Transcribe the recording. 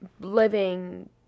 living